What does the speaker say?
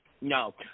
No